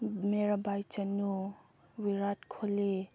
Mirabai Chanu Virat Kohli